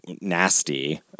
nasty